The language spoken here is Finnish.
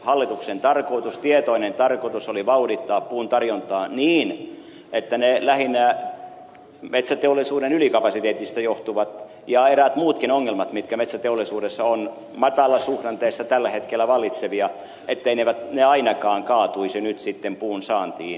hallituksen tarkoitus tietoinen tarkoitus oli vauhdittaa puun tarjontaa niin että ne lähinnä metsäteollisuuden ylikapasiteetista johtuvat ja eräät muutkin ongelmat mitkä metsäteollisuudessa on matalasuhdanteessa tällä hetkellä vallitsevia etteivät ne ainakaan kaatuisi nyt sitten puun saantiin